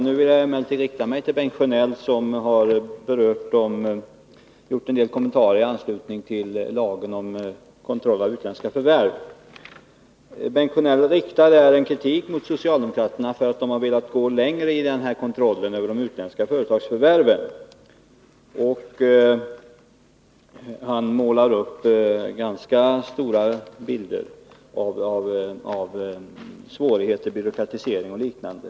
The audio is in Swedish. Nu vill jag emellertid rikta mig till Bengt Sjönell som gjort en del kommentarer i anslutning till lagen om utländska förvärv av svenska företag m.m. Bengt Sjönell riktar kritik mot socialdemokraterna för att de velat gå längre i fråga om kontrollen över de utländska företagsförvärven och målar här upp ganska stora bilder av svårigheter, byråkratisering och liknande.